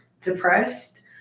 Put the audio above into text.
depressed